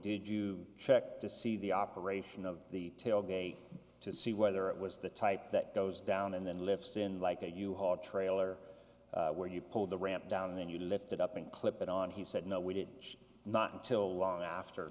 did you check to see the operation of the tailgate to see whether it was the type that goes down and then lifts in like a u haul trailer where you pull the ramp down and then you lift it up and clip it on he said no we did not until